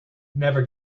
never